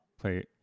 play